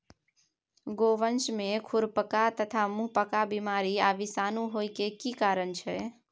गोवंश में खुरपका तथा मुंहपका बीमारी आ विषाणु होय के की कारण छै?